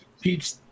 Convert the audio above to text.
Pete